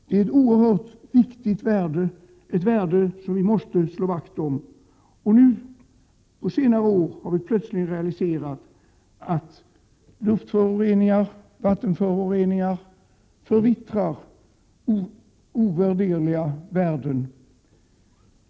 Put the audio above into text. Det är ett oerhört viktigt värde, ett värde som vi måste slå vakt om. På senare år har vi plötsligt insett att luftföroreningar och vattenföroreningar förvittrar ovärderliga värden.